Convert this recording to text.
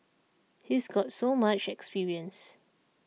he's got so much experience